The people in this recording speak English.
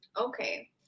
okay